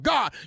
God